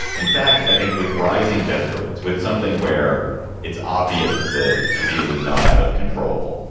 in fact, i think with rising death rates, with something where it's obvious that the disease is not out of control.